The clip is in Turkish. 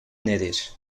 nedir